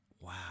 Wow